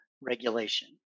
regulation